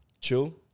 chill